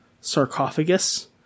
sarcophagus